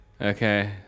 Okay